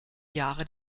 jahre